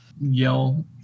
yell